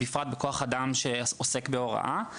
בפרט כוח אדם שעוסק בהוראה.